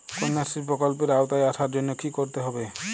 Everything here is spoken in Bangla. কন্যাশ্রী প্রকল্পের আওতায় আসার জন্য কী করতে হবে?